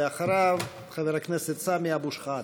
ואחריו, חבר הכנסת סמי אבו שחאדה.